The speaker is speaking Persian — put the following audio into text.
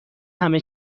همه